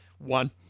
One